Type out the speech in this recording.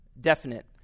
definite